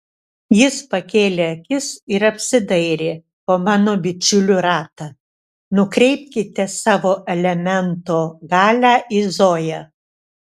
jis pakėlė akis ir apsidairė po mano bičiulių ratą nukreipkite savo elemento galią į zoją